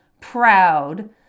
proud